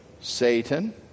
Satan